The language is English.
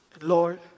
Lord